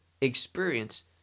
experience